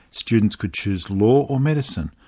students could choose law or medicine,